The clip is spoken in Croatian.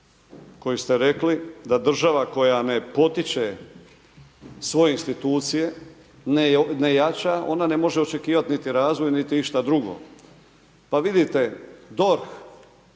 Koju ste rekli da država koja ne potiče svoje institucije, ne jača, ona ne može očekivati niti razvoj, niti išta drugo. Pa vidite DORH,